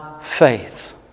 faith